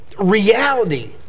reality